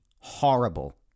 horrible